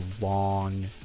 long